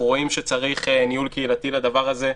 רואים שצריך ניהול קהילתי לדבר הזה,